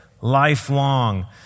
lifelong